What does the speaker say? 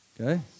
okay